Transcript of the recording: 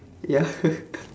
ya